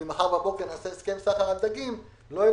אם מחר בבוקר נעשה הסכם סחר על דגים לא יהיה